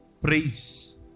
praise